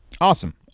Awesome